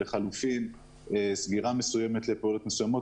לחלופין יש גם סגירה לתקופות מסוימות.